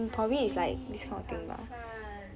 auntie 一盘饭